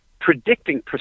predicting